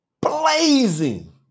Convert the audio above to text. blazing